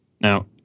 Now